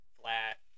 flat